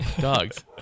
dogs